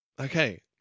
Okay